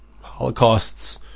Holocausts